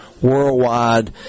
worldwide